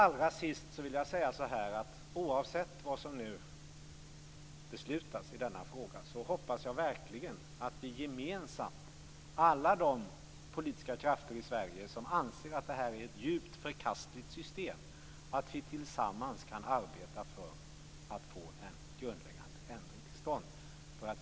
Allra sist vill jag säga att oavsett vad som nu beslutas i denna fråga hoppas jag verkligen att vi gemensamt, alla de politiska krafter i Sverige som anser att detta är ett djupt förkastligt system, kan arbeta för att få en grundläggande ändring till stånd.